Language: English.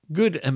good